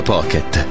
Pocket